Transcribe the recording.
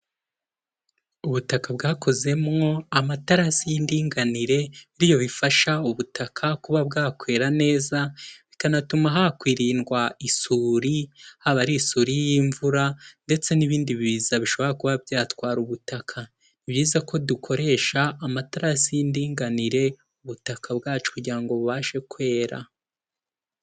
Ubutaka bwakozemo amatarasi y'indinganire ibyo bifasha ubutaka kuba bwakwera neza bikanatuma hakwirindwa isuri haba ari isuri y'imvura ndetse n'ibindi bizaza bishobora kuba byatwara ubutaka. Ni byiza ko dukoresha amatarasi y'indinganire ubutaka bwacu kugira ngo bubashe kwera.